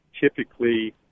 typically